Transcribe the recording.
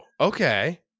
okay